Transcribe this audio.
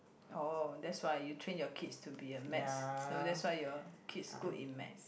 oh that's why you train your kids to be a maths~ so that's why your kids good in maths